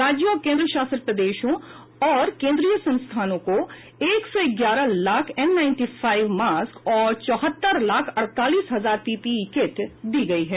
राज्यों और केन्द्र शासित प्रदेशों और केन्द्रीय संस्थानों को एक सौ ग्यारह lakh N ninety five mask और चौहत्तर लाख अड़तालीस हजार पीपीई किट दी गई हैं